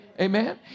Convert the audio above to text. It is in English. Amen